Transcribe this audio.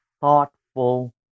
thoughtful